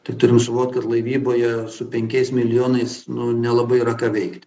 tai turim suvokt kad laivyboje su penkiais milijonais nu nelabai yra ką veikt